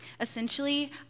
Essentially